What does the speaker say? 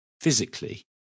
physically